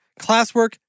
classwork